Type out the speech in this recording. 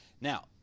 Now